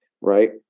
right